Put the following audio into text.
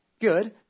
good